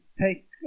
take